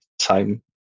time